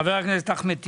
חבר הכנסת אחמד טיבי.